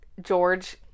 George